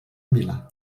milà